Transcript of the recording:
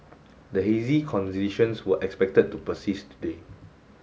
the hazy conditions were expected to persist today